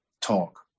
talk